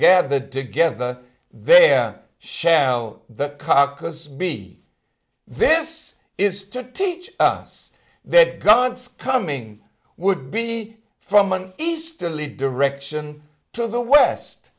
gathered together they shall the caucus be this is to teach us that god's coming would be from an easterly direction to the west